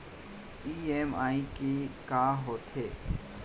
EMI का होथे?